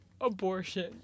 abortion